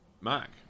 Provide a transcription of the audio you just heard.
Mark